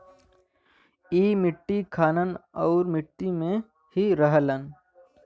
ई मट्टी खालन आउर मट्टी में ही रहलन